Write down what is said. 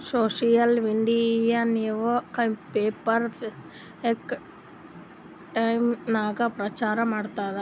social media news paper, Facebook, Twitter ನಾಗ್ ಪ್ರಚಾರ್ ಮಾಡ್ತುದ್